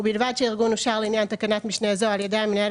ובלבד שהארגון אושר בנוהל תקנת משנה זו על ידי המנהל